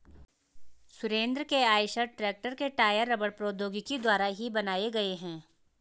सुरेंद्र के Eicher tractor के tyre रबड़ प्रौद्योगिकी द्वारा ही बनाए गए हैं